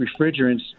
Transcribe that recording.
refrigerants